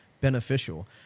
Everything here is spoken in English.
beneficial